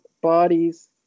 bodies